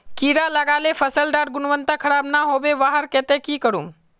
कीड़ा लगाले फसल डार गुणवत्ता खराब ना होबे वहार केते की करूम?